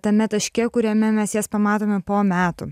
tame taške kuriame mes jas pamatome po metų